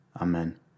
amen